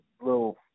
little